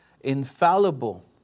infallible